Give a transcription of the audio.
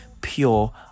pure